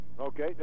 Okay